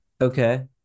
Okay